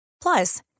Plus